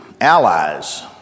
allies